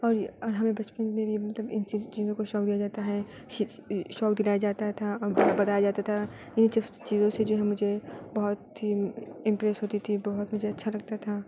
اور اور ہمیں بچپن میں یہ مطلب ان چیزوں کو شوق ہو جاتا ہے شوق دلایا جاتا تھا اور بتایا جاتا تھا ان سب چیزوں سے جو ہے مجھے بہت ہی امپریس ہوتی تھی بہت مجھے اچھا لگتا تھا